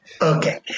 Okay